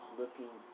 looking